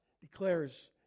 declares